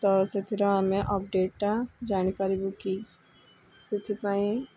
ତ ସେଥିରେ ଆମେ ଅପଡ଼େଟଟା ଜାଣିପାରିବୁ କି ସେଥିପାଇଁ